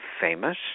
famous